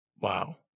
Wow